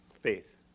faith